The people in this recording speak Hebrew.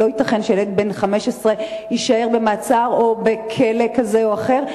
לא ייתכן שילד בן 15 יישאר במעצר או בכלא כזה או אחר,